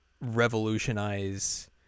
revolutionize